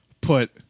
put